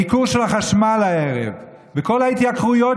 הייקור של החשמל הערב וכל ההתייקרויות